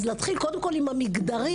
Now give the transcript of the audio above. אז להתחיל קודם כול עם המגדרים,